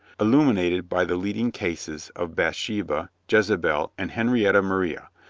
illuminated by the lead ing cases of bathsheba, jezebel and henrietta ma ria,